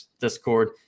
discord